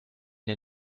der